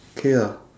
okay lah